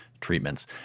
treatments